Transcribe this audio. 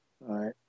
right